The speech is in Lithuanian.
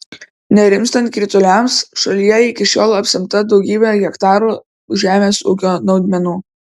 nerimstant krituliams šalyje iki šiol apsemta daugybė hektarų žemės ūkio naudmenų